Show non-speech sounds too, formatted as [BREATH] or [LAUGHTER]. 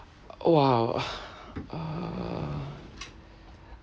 !wow! [BREATH] uh